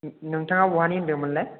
नोंथाङा बहानि होन्दोंमोनलाय